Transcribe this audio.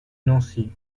nancy